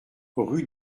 rue